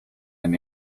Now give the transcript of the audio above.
ein